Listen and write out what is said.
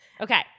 Okay